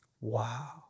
Wow